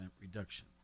reduction